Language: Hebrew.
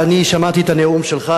אני שמעתי את הנאום שלך.